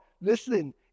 Listen